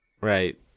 Right